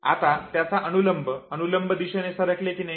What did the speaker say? आता त्याचा अनुलंब अनुलंब दिशेने सरकले की नाही